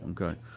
Okay